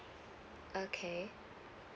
okay